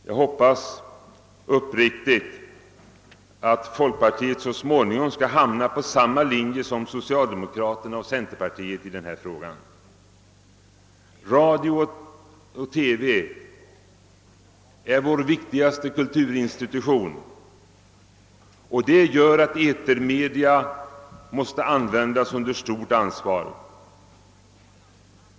Jag hoppas uppriktigt att folkpartiet så småningom hamnar på samma linje som socialdemokraterna och centerpartisterna i denna fråga. Radio och TV är vår viktigaste kulturinstitution, och detta gör att etermedia måste användas under stort ansvar.